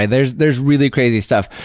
and there's there's really crazy stuff.